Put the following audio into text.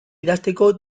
idazteko